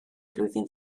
flwyddyn